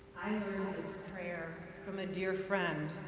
this prayer from a dear friend,